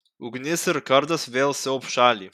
ugnis ir kardas vėl siaubs šalį